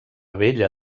vella